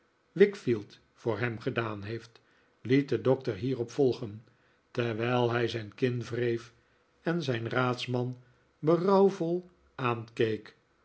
wickfield voor hem gedaan heeft liet de doctor hierop volgen terwijl hij zijn kin wreef en zijn raadsman berouwvol aankeek